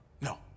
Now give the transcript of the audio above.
No